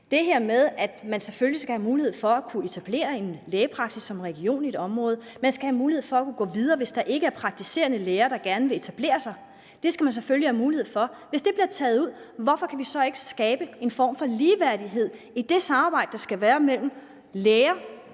som region i et område selvfølgelig skal have mulighed for at kunne etablere en lægepraksis og gå videre, hvis der ikke er praktiserende læger, der gerne vil etablere sig, for det skal man selvfølgelig have mulighed for, hvorfor kan vi så ikke skabe en form for ligeværdighed i det samarbejde, der skal være mellem læger,